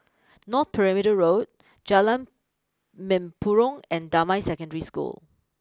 North Perimeter Road Jalan Mempurong and Damai Secondary School